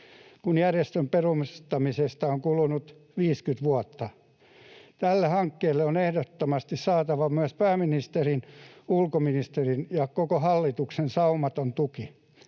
kun järjestön perustamisesta on kulunut 50 vuotta. Tälle hankkeelle on ehdottomasti saatava myös pääministerin, ulkoministerin ja koko hallituksen saumaton tuki.